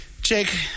Jake